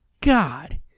God